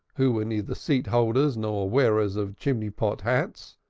who were neither seat-holders nor wearers of chimney-pot hats,